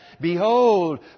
Behold